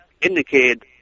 indicated